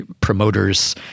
promoters